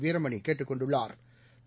Veeramani கேட்டுக்கொண்டுள்ளா்